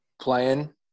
playing